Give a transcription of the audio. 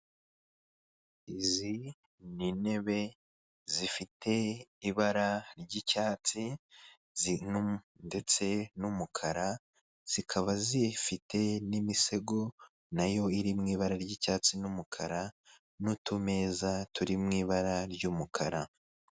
Izi ni intebe zifite ibara ry'icyatsi zin ndetse n'umukara zikaba zifite n'imisego nayo iri mu ibara ry'icyatsi n'umukara n'utumeza turiw ibara ry'umukara.